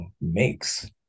makes